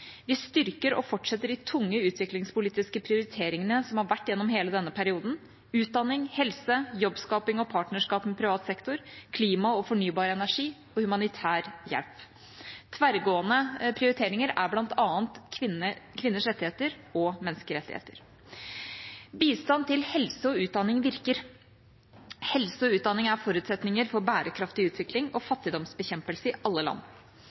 Vi styrker og fortsetter de tunge utviklingspolitiske prioriteringene som har vært gjennom hele denne perioden – utdanning, helse, jobbskaping og partnerskap med privat sektor, klima og fornybar energi og humanitær hjelp. Tverrgående prioriteringer er bl.a. kvinners rettigheter og menneskerettigheter. Bistand til helse og utdanning virker. Helse og utdanning er forutsetninger for bærekraftig utvikling og fattigdomsbekjempelse i alle land.